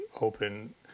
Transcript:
open